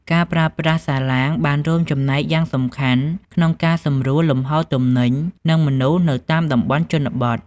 ការប្រើប្រាស់សាឡាងបានរួមចំណែកយ៉ាងសំខាន់ក្នុងការសម្រួលលំហូរទំនិញនិងមនុស្សនៅតាមតំបន់ជនបទ។